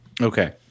Okay